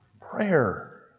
Prayer